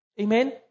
Amen